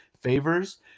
Favors